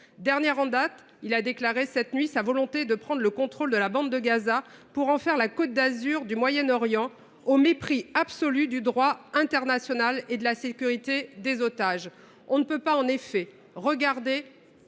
sortie en date, il a déclaré la nuit dernière sa volonté de prendre le contrôle de la bande de Gaza pour en faire la « Côte d’Azur du Moyen Orient », au mépris absolu du droit international et de la sécurité des otages. On ne peut en effet appréhender